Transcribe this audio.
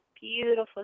beautiful